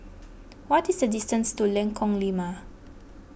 what is the distance to Lengkong Lima